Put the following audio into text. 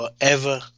forever